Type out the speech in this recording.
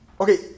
Okay